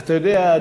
אתה יודע,